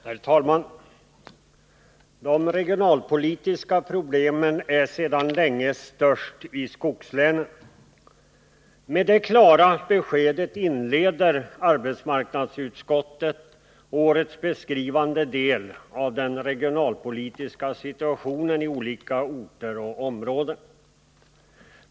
Herr talman! De regionalpolitiska problemen är sedan länge störst i skogslänen. Med det klara beskedet inleder arbetsmarknadsutskottet årets beskrivning av den regionalpolitiska situationen i olika orter och områden.